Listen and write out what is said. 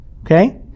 Okay